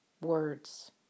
words